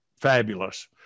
fabulous